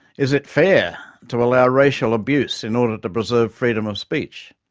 is it fair to allow racial abuse in order to preserve freedom of speech?